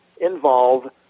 involve